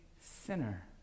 sinner